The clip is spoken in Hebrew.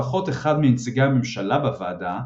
לפחות אחד מנציגי הממשלה בוועדה,